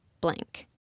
blank